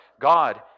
God